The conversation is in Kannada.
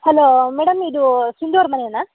ಹಲೋ ಮೇಡಮ್ ಇದು ಸಿಂಧು ಅವ್ರ ಮನೇನ